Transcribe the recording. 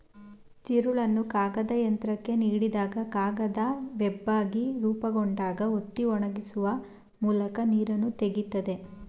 ತಿರುಳನ್ನು ಕಾಗದಯಂತ್ರಕ್ಕೆ ನೀಡಿದಾಗ ಕಾಗದ ವೆಬ್ಬಾಗಿ ರೂಪುಗೊಂಡಾಗ ಒತ್ತಿ ಒಣಗಿಸುವ ಮೂಲಕ ನೀರನ್ನು ತೆಗಿತದೆ